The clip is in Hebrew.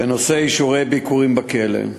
בנושא אישורי ביקורים בכלא: